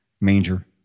manger